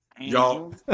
Y'all